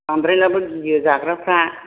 बांद्रायब्लाबो गियो जाग्राफ्रा